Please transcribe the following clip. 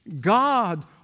God